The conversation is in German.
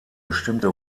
bestimmte